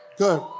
Good